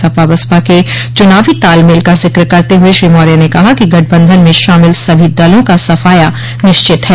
सपा बसपा के चुनावी तालमेल का जिक्र करते हुए श्री मौर्य ने कहा कि गठबन्धन में शामिल सभी दलों का सफाया निश्चित है